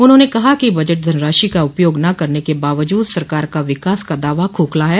उन्होंने कहा कि बजट धनराशि का उपयोग न कर पाने के बावजूद सरकार का विकास का दावा खोखला है